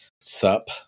sup